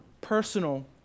personal